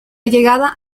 llegada